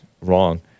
wrong